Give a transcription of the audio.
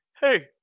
Hey